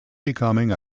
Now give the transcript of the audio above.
becoming